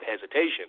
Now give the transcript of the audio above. hesitation